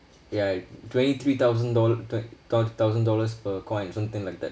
ya twenty three thousand dollar twen~ thou~ thousand dollars per coins or something like that